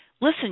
Listen